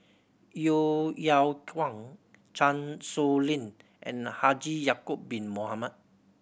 Yeo Yeow Kwang Chan Sow Lin and Haji Ya'acob Bin Mohamed